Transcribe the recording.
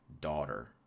daughter